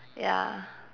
ya